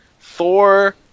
Thor